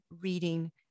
reading